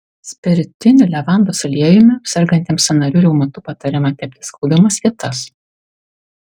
spiritiniu levandos aliejumi sergantiems sąnarių reumatu patariama tepti skaudamas vietas